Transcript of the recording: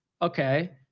okay